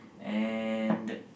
and